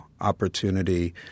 opportunity